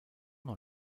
dans